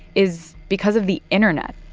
is because of the internet.